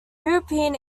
european